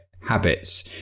habits